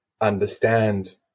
understand